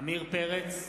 עמיר פרץ,